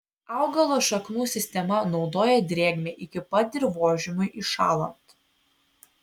augalo šaknų sistema naudoja drėgmę iki pat dirvožemiui įšąlant